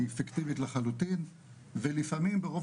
היא פיקטיבית לחלוטין ולפעמים ברוב